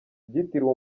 ryitiriwe